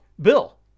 Bill